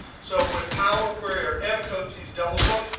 so when power query or m code sees double quotes,